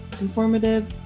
informative